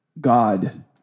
God